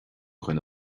dhuine